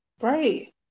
right